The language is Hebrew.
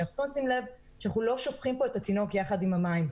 שאנחנו צריכים לשים לב שאנחנו לא שופכים פה את התינוק יחד עם המים.